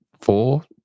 Four